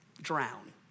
drown